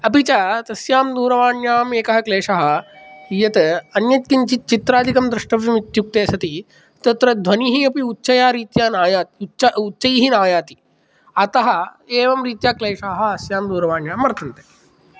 अपि च तस्यां दूरवाण्याम् एकः क्लेशः यत् अन्यत् किञ्चित् चित्रादिकं द्रष्टव्यम् इत्युक्ते सती तत्र ध्वनिः अपि उच्चया रीत्या न आयाति उच्च उच्चैः न आयाति अतः एवं रीत्याः क्लेशः अस्यां दूरवाण्यां वर्तन्ते